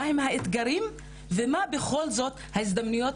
מה הן האתגרים ומה בכל זאת ההזדמנויות